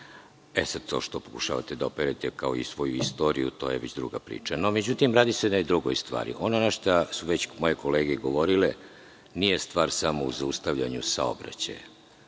Sad, to što pokušavate da operete kao svoju istoriju, to je već druga priča.Međutim, radi se o jednoj drugoj stvari. Ono na šta su već moje kolege ukazivale, nije stvar samo u zaustavljanju saobraćaja.